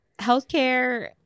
healthcare